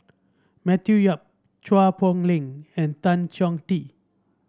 Matthew Yap Chua Poh Leng and Tan Chong Tee